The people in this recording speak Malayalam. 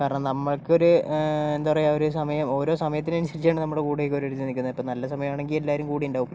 കാരണം നമുക്ക് ഒരു എന്താ പറയുക ഒരു സമയം ഓരോ സമയത്തിനനുസരിച്ചാണ് നമ്മുടെ കൂടെയൊക്കെ ഓരോരുത്തര് നിൽക്കുന്നത് ഇപ്പോൾ നല്ല സമയം ആണെങ്കിൽ എല്ലാവരും കൂടെ ഉണ്ടാകും